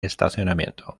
estacionamiento